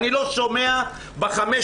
ואני אשמח גם אם מבקר המדינה יוכל לענות.